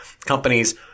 companies